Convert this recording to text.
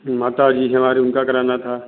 माता जी हैं हमारी उनका कराना था